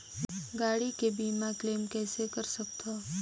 गाड़ी के बीमा क्लेम कइसे कर सकथव?